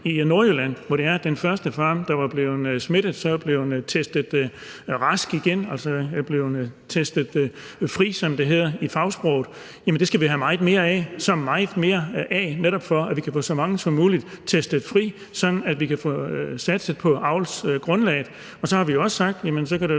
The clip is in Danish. – at besætningen på den første farm i Nordjylland, der blev smittet, er blevet rask igen, altså er blevet testet fri, som det hedder i fagsproget. Det skal vi have meget mere af – så meget mere af – netop for at vi kan få så mange som muligt testet fri, sådan at vi kan få satset på avlsgrundlaget. Og så har vi jo også sagt: Jamen så kan det